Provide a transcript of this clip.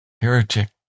heretic